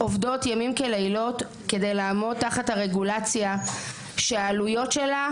עובדות ימים כלילות כדי לעמוד תחת הרגולציה שהעלויות שלה,